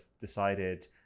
decided